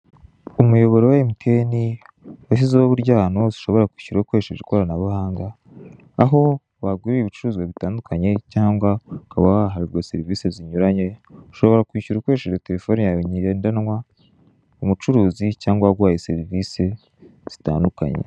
Umuyoboro wa emutiyeni, washyizeho uburyo ahantu hose ushobora kwishyira ukoresheje ikoranabuhanga, aho wagurira ibicuruzwa bitandukanye, cyangwa ukaba wahabwa serivise zinyuranye, ushobra kwishyura ukoresheje telefone yawe ngendanwa, umucuruzi cyangwa uwaguhaye serivise zitandukanye.